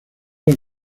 las